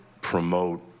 promote